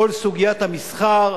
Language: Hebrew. כל סוגיית המסחר,